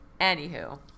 Anywho